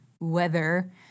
weather